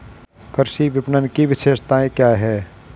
कृषि विपणन की विशेषताएं क्या हैं?